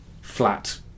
flat